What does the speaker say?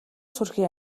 сүрхий